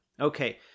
Okay